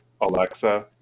Alexa